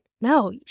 no